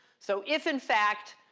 so if, in fact,